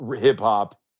hip-hop